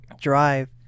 drive